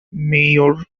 mayor